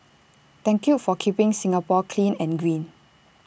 thank you for keeping Singapore clean and green